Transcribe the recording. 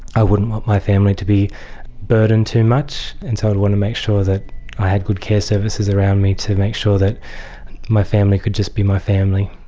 i wouldn't want my family to be burdened too much, and so i'd want to make sure that i had good care services around me to make sure that my family could just be my family.